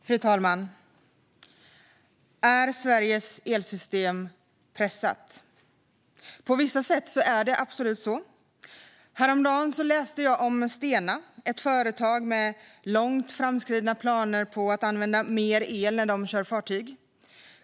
Fru talman! Är Sveriges elsystem pressat? På vissa sätt är det absolut så. Häromdagen läste jag om Stena, ett företag med långt framskridna planer på att använda mer el när de kör fartyg.